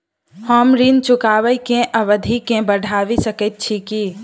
हम ऋण चुकाबै केँ अवधि केँ बढ़ाबी सकैत छी की?